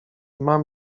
mam